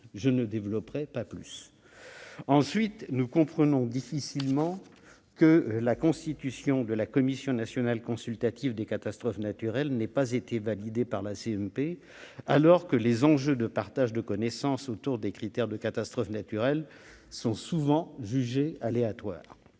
de la cellule de soutien. Ensuite, nous comprenons difficilement que la constitution de la Commission nationale consultative des catastrophes naturelles n'ait pas été validée par la commission mixte paritaire, alors même que les partages de connaissances autour des critères de catastrophe naturelle sont souvent jugés aléatoires.